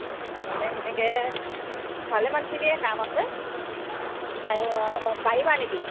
মানে সেনেকে ভালেমানখিনিয়ে কাম আছে অঁ পাৰিবা নেকি